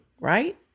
right